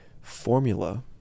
formula